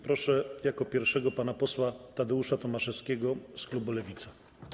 Proszę jako pierwszego pana posła Tadeusza Tomaszewskiego z klubu Lewica.